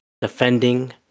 defending